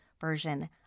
version